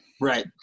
Right